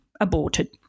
aborted